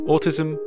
Autism